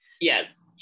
Yes